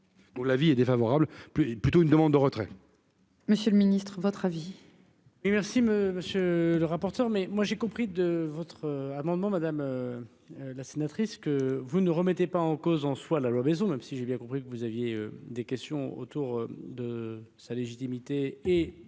l'avis est défavorable plus plutôt une demande de retrait. Monsieur le Ministre votre avis. Oui merci me monsieur le rapporteur, mais moi j'ai compris de votre amendement madame la sénatrice que vous ne remettait pas en cause en soit la la maison même si j'ai bien compris que vous aviez des questions autour de sa légitimité et,